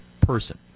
person